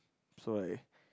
so like